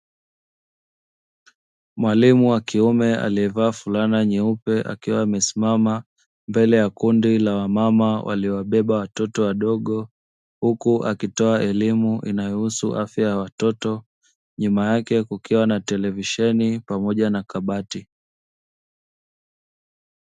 Mwalimu wa kiume aliyevaa fulana nyeupe akiwa amesimama mbele ya kundi la wamama waliobeba watoto, huku akitoa elimu kuhusu afya ya watoto, nyuma yake kukiwa na runinga pamoja na kabati.